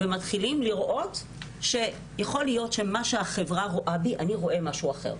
ומתחילים לראות שיכול להיות שמה שהחברה רואה בהם - הם רואים משהו אחר.